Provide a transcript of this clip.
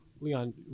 Leon